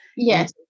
Yes